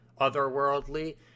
otherworldly